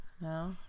No